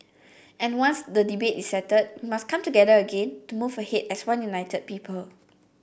and once the debate is settled we must come together again to move ahead as one united people